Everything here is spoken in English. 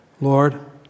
Lord